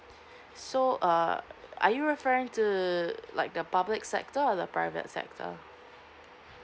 so uh are you referring to like the public sector or the private sector